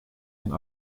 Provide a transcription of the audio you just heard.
een